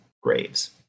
graves